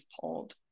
pulled